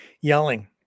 Yelling